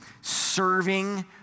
serving